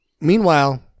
Meanwhile